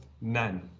none